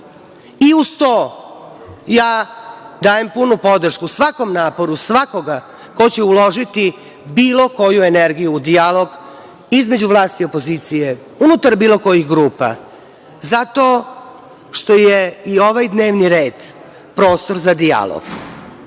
Uz to, ja dajem punu podršku svakom naporu svakoga ko će uložiti bilo koju energiju u dijalog između vlasti i opozicije, unutar bilo kojih grupa. Zato što je i ovaj dnevni red prostor za dijalog.